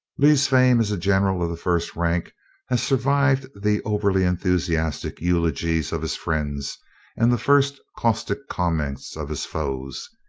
lee's fame as a general of the first rank has survived the over-enthusiastic eulogies of his friends and the first caustic comments of his foes.